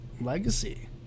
legacy